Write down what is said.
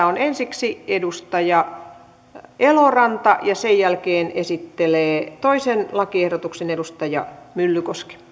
on ensiksi edustaja eloranta ja sen jälkeen esittelee toisen lakiehdotuksen edustaja myllykoski